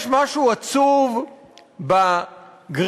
יש משהו עצוב בגריסה